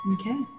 Okay